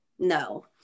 No